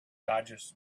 dodges